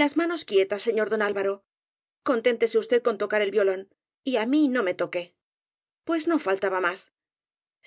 las manos quietas señor don alvaro contén tese usted con tocar el violón y á mí no me toque pues no faltaba más